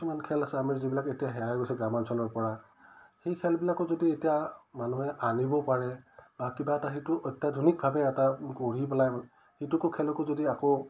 কিছুমান খেল আছে আমি যিবিলাক এতিয়া হেৰাই গৈছে গ্ৰাম্যাঞ্চলৰ পৰা সেই খেলবিলাকো যদি এতিয়া মানুহে আনিব পাৰে বা কিবা এটা সেইটো অত্যাধুনিকভাৱে এটা গঢ়ি পেলাই সেইটোকো খেলকো যদি আকৌ